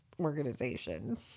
organization